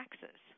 taxes